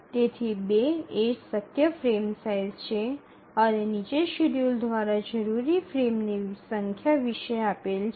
તેથી ૨ એ શક્ય ફ્રેમ સાઇઝ છે અને નીચે શેડ્યૂલ દ્વારા જરૂરી ફ્રેમની સંખ્યા વિશે આપેલ છે